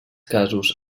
casos